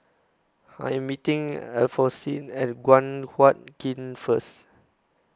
I Am meeting Alphonsine At Guan Huat Kiln First